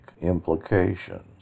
implications